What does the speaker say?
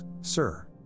sir